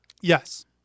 Yes